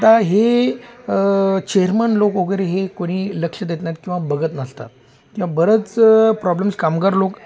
आता हे चेअरमन लोक वगैरे हे कोणी लक्ष देत नाहीत किंवा बघत नसतात किंवा बरंचं प्रॉब्लेम्स कामगार लोक